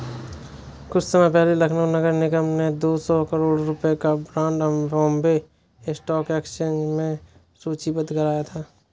कुछ समय पहले लखनऊ नगर निगम ने दो सौ करोड़ रुपयों का बॉन्ड बॉम्बे स्टॉक एक्सचेंज में सूचीबद्ध कराया था